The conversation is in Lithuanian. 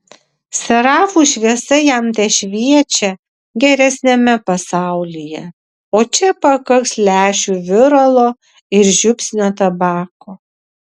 serafų šviesa jam tešviečia geresniame pasaulyje o čia pakaks lęšių viralo ir žiupsnio tabako